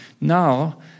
Now